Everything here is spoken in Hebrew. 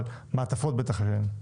מעטפות בטח אין.